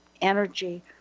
energy